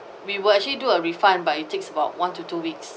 we will actually do a refund but it takes about one to two weeks